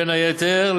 בין היתר,